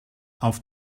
auf